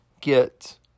Get